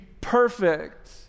perfect